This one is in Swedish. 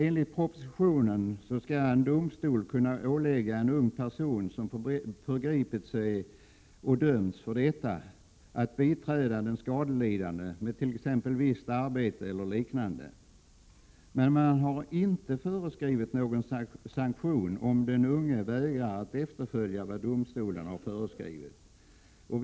Enligt propositionen skall en domstol kunna ålägga en ung person som förgripit sig och dömts för detta att biträda den skadelidande med visst arbete eller liknande, men man har inte föreskrivit någon sanktion, om den unge vägrar att efterfölja vad domstolen har föreskrivit.